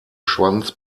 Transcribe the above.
schwanz